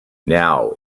now